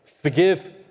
Forgive